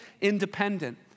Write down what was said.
independent